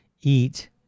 eat